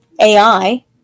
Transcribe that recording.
AI